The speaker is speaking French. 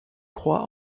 croix